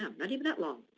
um not even that long,